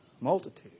multitude